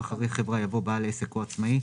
אחרי "חברה" יבוא "בעל עסק או עצמאי".